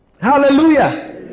hallelujah